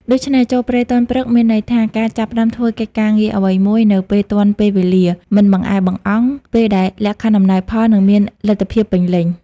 ដូច្នេះចូលព្រៃទាន់ព្រឹក មានន័យថា ការចាប់ផ្ដើមធ្វើកិច្ចការងារអ្វីមួយនៅពេលទាន់ពេលវេលា មិនបង្អែបង្អង់ ពេលដែលលក្ខខណ្ឌអំណោយផល និងមានលទ្ធភាពពេញលេញ ។